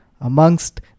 amongst